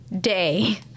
day